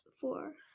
Four